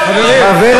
חברים,